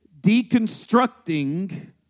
Deconstructing